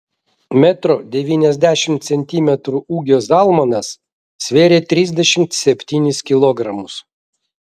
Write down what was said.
metro devyniasdešimt centimetrų ūgio zalmanas svėrė trisdešimt septynis kilogramus